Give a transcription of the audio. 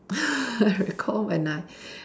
recall when I